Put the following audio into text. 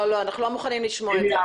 לא, אנחנו לא מוכנים לשמוע את זה.